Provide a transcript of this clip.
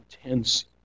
intense